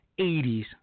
80s